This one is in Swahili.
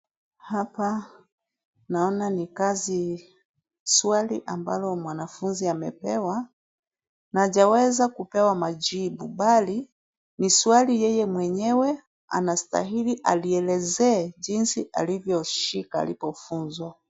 Hapa naona ni kazi swali ambayo mwanafunzi amepewa na hajaweza kupewa majibu bali ni swali yeye mwenyewe anastahili alielezee jinsi alivyoshika alivyofunzwa.